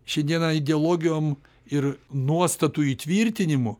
šiandieną ideologijom ir nuostatų įtvirtinimu